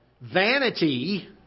vanity